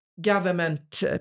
government